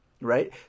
right